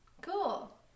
Cool